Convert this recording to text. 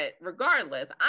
regardless